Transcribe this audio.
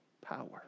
power